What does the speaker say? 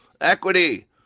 Equity